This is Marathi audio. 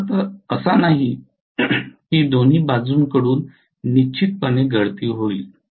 याचा अर्थ असा नाही की दोन्ही बाजूंकडून निश्चितपणे गळती होईल